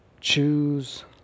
Choose